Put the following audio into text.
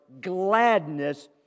gladness